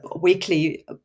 weekly